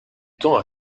temps